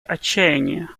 отчаяние